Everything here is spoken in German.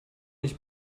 nicht